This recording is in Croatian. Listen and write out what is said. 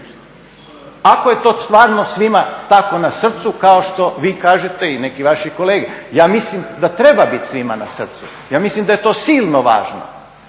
Ako je to stvarno svima tako na srcu kao što vi kažete i neki vaši kolege, ja mislim da treba biti svima na srcu, ja mislim da je to silno važno,